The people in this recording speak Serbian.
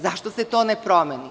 Zašto se to ne promeni?